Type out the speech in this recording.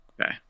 Okay